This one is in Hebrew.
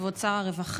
כבוד שר הרווחה,